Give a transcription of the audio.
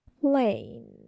plane